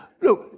look